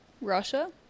Russia